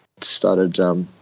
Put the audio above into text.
started